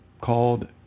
called